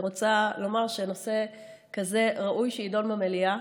אני רוצה לומר שנושא כזה, ראוי שיידון במליאה,